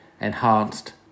enhanced